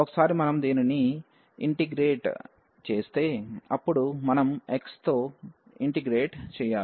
ఒకసారి మనము దీనిని ఇంటిగ్రేట్ చేస్తే అప్పుడు మనం x తో ఇంటిగ్రేట్ చేయాలి